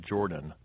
Jordan